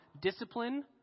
discipline